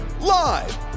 live